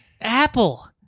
Apple